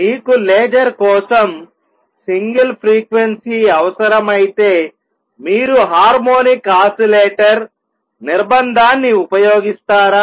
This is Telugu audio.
మీకు లేజర్ కోసం సింగిల్ ఫ్రీక్వెన్సీ అవసరమైతే మీరు హార్మోనిక్ ఆసిలేటర్ నిర్బంధాన్ని ఉపయోగిస్తారా